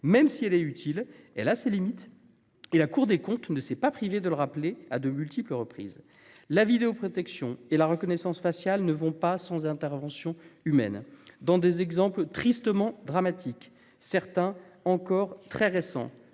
Même si elle est utile, elle a ses limites, et la Cour des comptes ne s'est pas privée de le rappeler à de multiples reprises. La vidéoprotection et la reconnaissance faciale ne vont pas sans intervention humaine. Dans des exemples dramatiques, encore très récents,